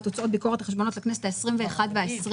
תוצאות ביקורת החשבונות לכנסת ה-21 וה-22.